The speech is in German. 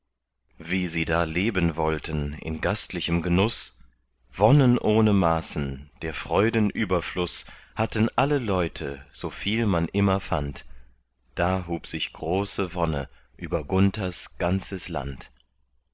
wie sie da leben wollten in gastlichem genuß wonnen ohne maßen der freuden überfluß hatten alle leute soviel man immer fand da hub sich große wonne über gunthers ganzes land